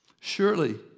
Surely